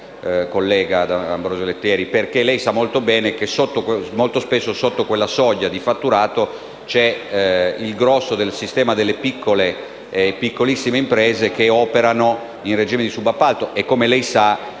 Collega D'Ambrosio Lettieri, lei sa molto bene che molto spesso sotto quella soglia di fatturato c'è la parte maggiore del sistema delle piccole e piccolissime imprese che operano in regime di subappalto